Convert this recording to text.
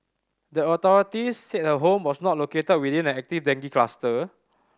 the authorities said her home was not located within an active dengue cluster